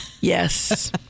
Yes